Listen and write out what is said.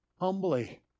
Humbly